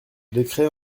décret